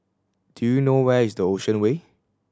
do you know where is the Ocean Way